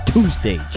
Tuesday